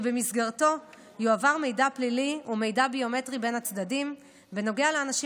ובמסגרתו יועבר מידע פלילי ומידע ביומטרי בין הצדדים בנוגע לאנשים